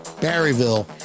Barryville